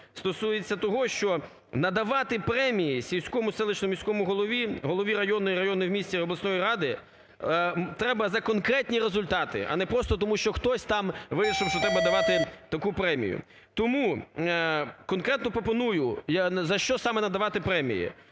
стосується того, що надавати премії сільському, селищному міському голові, голові районної, районної в місті обласної ради треба за конкретні результати, а не просто, тому що хтось там вирішив, що треба давати таку премію. Тому конкретно пропоную за що саме надавати премії.